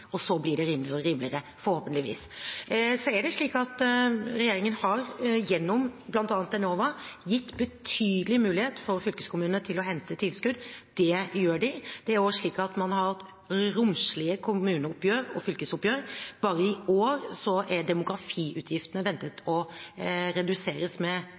og så blir det rimeligere og rimeligere – forhåpentligvis. Regjeringen har gjennom bl.a. Enova gitt betydelig mulighet for fylkeskommunene til å hente tilskudd. Det gjør de. Man har også hatt romslige kommuneoppgjør og fylkesoppgjør. Bare i år er demografiutgiftene ventet redusert med